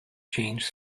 changed